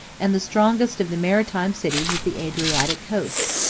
and the strongest of the maritime cities of the adriatic coast.